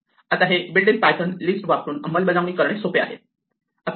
आता हे built in Python list वापरून अंमलबजावणी करणे सोपे आहे